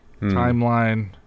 timeline